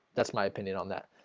that's my opinion on that